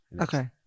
okay